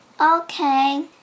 Okay